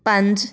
ਪੰਜ